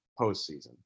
postseason